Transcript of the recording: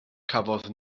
cafodd